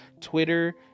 Twitter